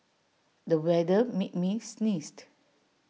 the weather made me sneeze